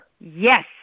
Yes